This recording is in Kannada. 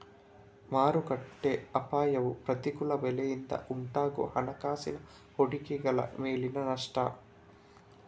ಮಾರುಕಟ್ಟೆ ಅಪಾಯವು ಪ್ರತಿಕೂಲ ಬೆಲೆಯಿಂದ ಉಂಟಾಗುವ ಹಣಕಾಸಿನ ಹೂಡಿಕೆಗಳ ಮೇಲಿನ ನಷ್ಟ